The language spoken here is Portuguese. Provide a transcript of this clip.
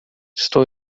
estou